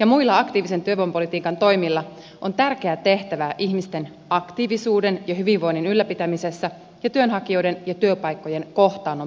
ja muilla aktiivisen työvoimapolitiikan toimilla on tärkeä tehtävä ihmisten aktiivisuuden ja hyvinvoinnin ylläpitämisessä ja työnhakijoiden ja työpaikkojen kohtaannon parantamisessa